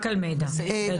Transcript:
רק על מידע, בסדר.